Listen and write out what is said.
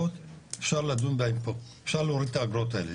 אפשר להוריד את האגרות האלה,